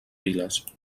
viles